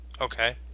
Okay